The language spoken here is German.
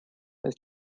ist